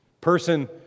person